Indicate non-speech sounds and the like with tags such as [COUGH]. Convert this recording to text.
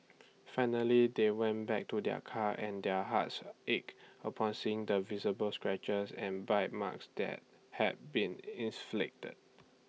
finally they went back to their car and their hearts ached upon seeing the visible scratches and bite marks that had been [UNINTELLIGIBLE]